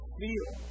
feel